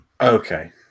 okay